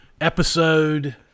Episode